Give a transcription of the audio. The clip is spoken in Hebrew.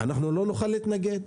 אנחנו לא נוכל להתנגד,